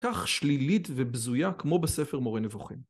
כך שלילית ובזויה כמו בספר מורה נבוכים.